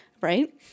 Right